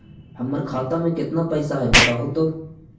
हमर खाता में केतना पैसा है बतहू तो?